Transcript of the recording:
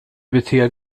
beter